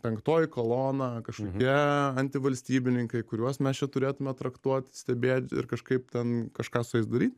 penktoji kolona kažkokia antivalstybininkai kuriuos mes čia turėtume traktuot stebėt ir kažkaip ten kažką su jais daryt